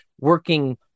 working